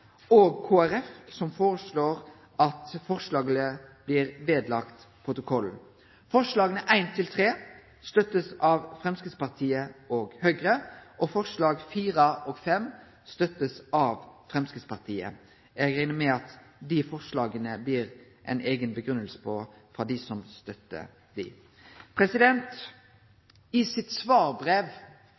og Kristeleg Folkeparti som foreslår at forslaget blir lagt ved protokollen. Forslaga nr. 1–3 blir støtta av Framstegspartiet og Høgre. Forslaga nr. 4 og 5 blir støtta av Framstegspartiet. Eg reknar med at det blir ei eiga grunngiving frå dei som støttar dei forslaga. I sitt svarbrev